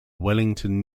wellington